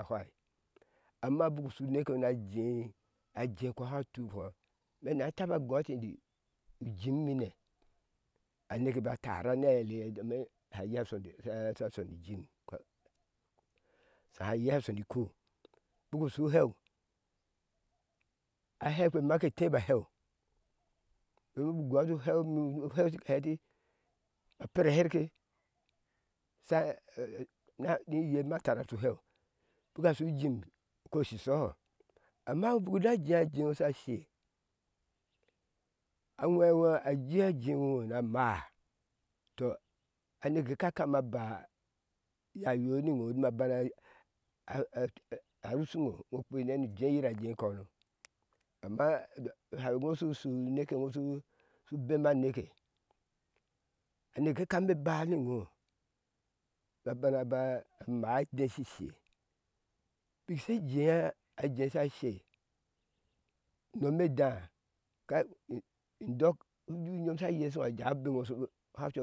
Afwai amma buku shu neke ŋo shu na jea jea ekɔɔ shi ha tukɔɔ ime na hai taba gɔɔi eti ijim mi na a neke ba tara na eaile ye domin hɛ ashoni sha sha sho ni jim shaha iye sha shoni ikku buku shu he̱u a hekpe ma ke tebɔɔ heu ubukugoo atu a eu ni uherkpe ma shika eru ma pe herke sha eye ma tara shu hɛu bika shu jim ko shi shɔho amma buku je jea a jeŋo sha she aŋwee eŋo aje jea jea eŋo na maa tɔ aneke ka kama ba yayo ni ŋo ha bama a rushu ŋo iŋo kpenine nu de jea ikɔɔ no? Amma hɛ ŋo shu shu enek ŋo su bema aneke a neke kama ba ni iŋo na bana ba a maa ide shi she bik she jwa a jea sha she unon edai ka dok jiyom sha yeshi iŋo a ja ubin shu ha ku shu